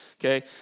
okay